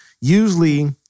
Usually